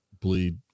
bleed